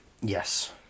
Yes